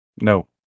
no